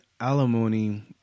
alimony